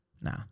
Nah